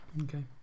Okay